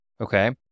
okay